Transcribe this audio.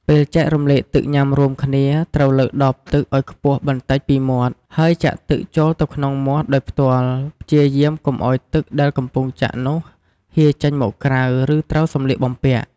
ពេលចែករំលែកទឹកញ៊ាំរួមគ្នា ត្រូវលើកដបទឹកឲ្យខ្ពស់បន្តិចពីមាត់ ហើយចាក់ទឹកចូលទៅក្នុងមាត់ដោយផ្ទាល់ ព្យាយាមកុំឱ្យទឹកដែលកំពុងចាក់នោះហៀរចេញមកក្រៅ ឬត្រូវសម្លៀកបំពាក់។